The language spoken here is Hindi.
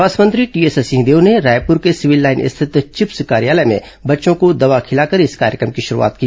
स्वास्थ्य मंत्री टीएस सिंहदेव ने रायपूर के सिविल लाइन स्थित चिप्स कार्यालय में बच्चों दवा खिलाकर इस कार्यक्रम की शुरूआत की